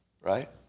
right